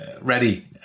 ready